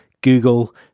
Google